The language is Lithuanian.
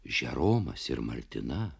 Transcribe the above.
žeromas ir martina